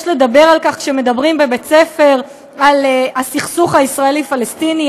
יש לדבר על כך כשמדברים בבית הספר על הסכסוך הישראלי פלסטיני,